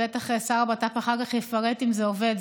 בטח שר הבט"פ אחר כך יפרט אם זה עובד.